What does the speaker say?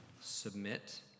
submit